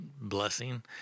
blessing